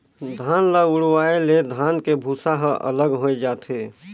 धान ल उड़वाए ले धान के भूसा ह अलग होए जाथे